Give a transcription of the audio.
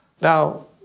Now